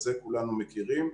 את זה כולנו מכירים,